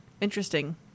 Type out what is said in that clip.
Interesting